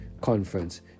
conference